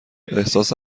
احساس